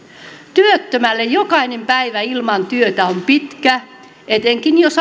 työttömälle jokainen päivä ilman työtä on pitkä etenkin jos